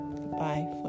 Bye